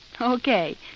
okay